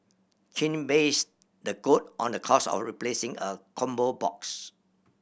Chin based the quote on the cost of replacing a combo box